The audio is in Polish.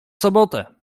sobotę